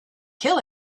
kill